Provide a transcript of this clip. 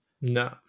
No